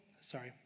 sorry